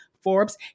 Forbes